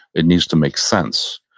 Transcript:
it needs to make sense.